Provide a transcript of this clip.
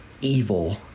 evil